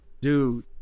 dude